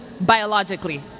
biologically